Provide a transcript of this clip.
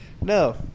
No